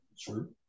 True